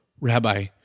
Rabbi